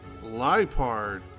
Lipard